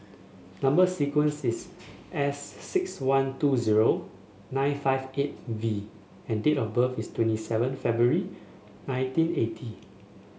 number sequence is S six one two zero nine five eight V and date of birth is twenty seven February nineteen eighty